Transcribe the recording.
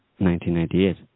1998